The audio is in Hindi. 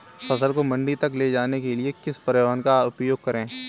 फसल को मंडी तक ले जाने के लिए किस परिवहन का उपयोग करें?